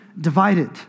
divided